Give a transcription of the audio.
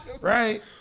right